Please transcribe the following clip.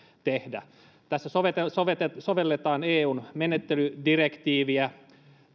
tehdä tässä sovelletaan eun menettelydirektiiviä